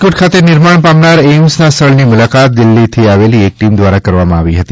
રાજકોટ ખાતે નિર્માણ પામનાર એઇમ્સના સ્થળની મુલાકાત દિલ્હીથી આવેલી એક ટીમ દ્વારા કરવામાં આવી હતી